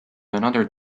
another